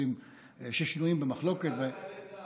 בנושאים ששנויים במחלוקת, הכוונה לחיילי צה"ל.